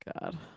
God